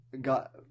got